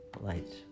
lights